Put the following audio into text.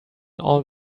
all